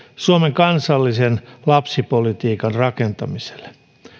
suomen kansallisen lapsipolitiikan rakentamiselle